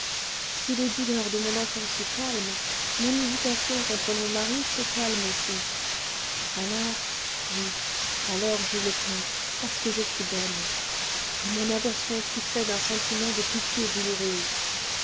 si les douleurs de mon enfant se calment mon irritation contre mon mari se calme aussi alors oui alors je le plains parce que je suis bonne à mon aversion succède un sentiment de pitié douloureuse